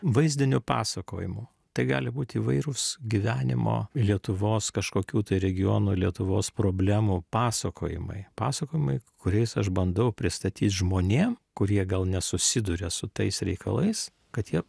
vaizdiniu pasakojimu tai gali būti įvairūs gyvenimo lietuvos kažkokių tai regionų lietuvos problemų pasakojimai pasakojimai kuriais aš bandau pristatyt žmonėm kurie gal nesusiduria su tais reikalais kad jie